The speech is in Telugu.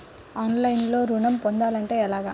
ఆన్లైన్లో ఋణం పొందాలంటే ఎలాగా?